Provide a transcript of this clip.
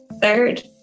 Third